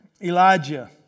Elijah